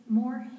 more